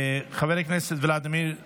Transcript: חבר הכנסת ולדימיר בליאק,